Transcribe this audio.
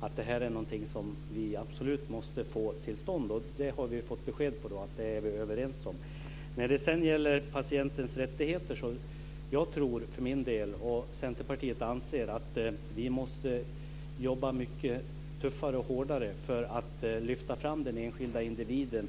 att det här är någonting som vi absolut måste få till stånd. Vi har då fått besked om att vi är överens om det. Sedan gäller det patientens rättigheter. Jag tror för min del - och Centerpartiet anser det - att vi måste jobba mycket tuffare och hårdare för att lyfta fram den enskilda individen.